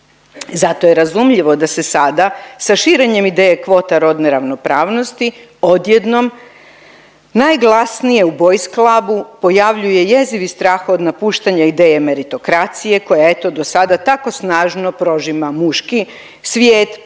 Zato je razumljivo da se sada sa širenjem ideje kvota rodne ravnopravnosti odjednom najglasnije u bosy clubu pojavljuje jezivi strah od napuštanja ideje meritokracije koja je, eto, do sada, tako snažno prožima muški svijet,